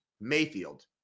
Mayfield